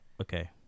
okay